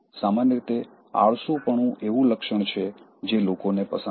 સામાન્ય રીતે આળસુપણું એવું લક્ષણ છે જે લોકોને પસંદ નથી